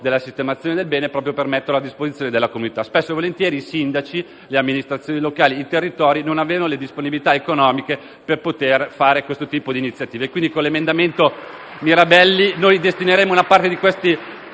e sistemazione, proprio per metterli a disposizione della comunità. Spesso e volentieri i sindaci, le amministrazioni locali e i territori non hanno le disponibilità economiche per adottare questo tipo di iniziative.